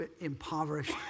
impoverished